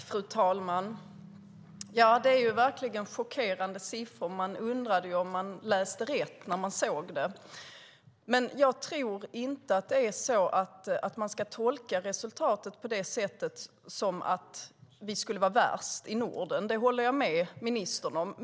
Fru talman! Ja, det är verkligen chockerande siffror. Man undrade ju om man läste rätt när man såg detta. Men jag tror inte att man ska tolka resultatet som att vi i Norden skulle vara värst. Det håller jag med ministern om.